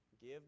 Give